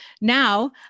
Now